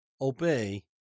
obey